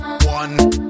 one